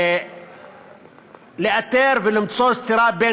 אינטגרטיביות לאתר ולמצוא סתירה בין